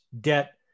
debt